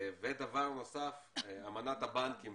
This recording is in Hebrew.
דבר נוסף, אמנת הבנקים.